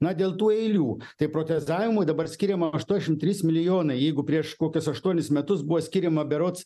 na dėl tų eilių tai protezavimui dabar skiriama aštuonšim trys milijonai jeigu prieš kokius aštuonis metus buvo skiriama berods